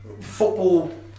Football